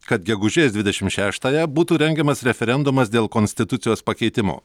kad gegužės dvidešim šeštąją būtų rengiamas referendumas dėl konstitucijos pakeitimo